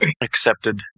accepted